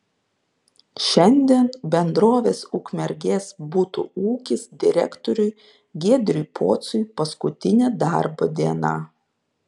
šiandien bendrovės ukmergės butų ūkis direktoriui giedriui pociui paskutinė darbo diena